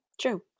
True